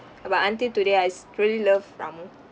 but until today I st~ truly love ramu